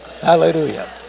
Hallelujah